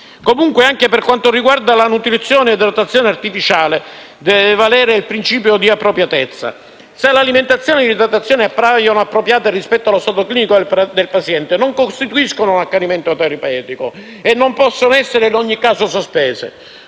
Comunque, anche per quanto riguarda la nutrizione e l'idratazione artificiali, deve valere il principio di appropriatezza: se l'alimentazione e l'idratazione appaiono appropriate rispetto allo stato clinico del paziente, non costituiscono accanimento terapeutico e non possono essere in ogni caso sospese.